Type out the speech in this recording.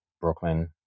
Brooklyn